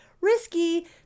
risky